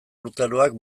urtaroak